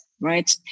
right